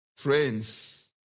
Friends